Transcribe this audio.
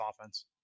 offense